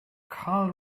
carl